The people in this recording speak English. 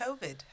Covid